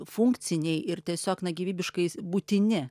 funkciniai ir tiesiog gyvybiškai būtini